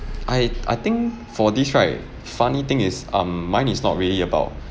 I I think for this right funny thing is um mine is not really about